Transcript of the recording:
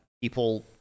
people